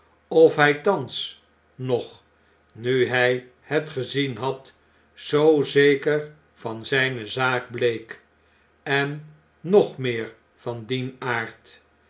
of hij thans nog nu hjj het gezien had zoo zeker van zjjne zaak bleek en nog meer van dien aard